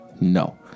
No